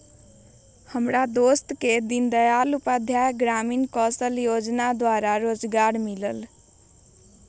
हमर दोस के दीनदयाल उपाध्याय ग्रामीण कौशल जोजना द्वारा रोजगार भेटल